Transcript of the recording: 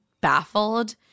baffled